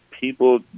people